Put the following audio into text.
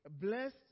blessed